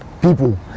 people